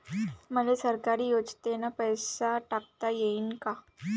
मले सरकारी योजतेन पैसा टाकता येईन काय?